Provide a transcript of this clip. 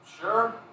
Sure